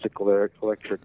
electric